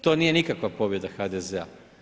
To nije nikakva pobjeda HDZ-a.